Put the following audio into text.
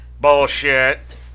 Bullshit